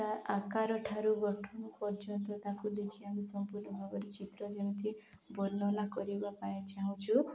ତା' ଆକାର ଠାରୁ ଗଠନ ପର୍ଯ୍ୟନ୍ତ ତାକୁ ଦେଖି ଆମେ ସମ୍ପୂର୍ଣ୍ଣ ଭାବରେ ଚିତ୍ର ଯେମିତି ବର୍ଣ୍ଣନା କରିବା ପାଇଁ ଚାହୁଁଛୁ